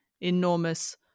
enormous